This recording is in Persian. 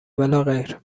ولاغیر